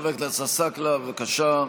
חבר הכנסת עסאקלה, בבקשה.